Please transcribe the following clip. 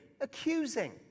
Accusing